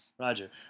Roger